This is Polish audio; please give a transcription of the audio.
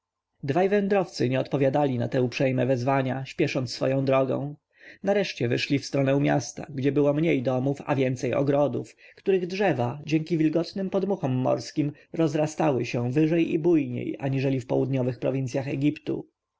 dwaj wędrowcy nie odpowiadali na te uprzejme wezwania śpiesząc swoją drogą nareszcie wyszli w stronę miasta gdzie było mniej domów a więcej ogrodów których drzewa dzięki wilgotnym podmuchom morskim rozrastały się wyżej i bujniej aniżeli w południowych prowincjach egiptu